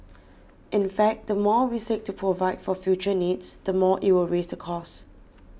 in fact the more we seek to provide for future needs the more it will raise the cost